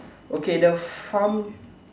okay the farm